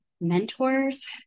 mentors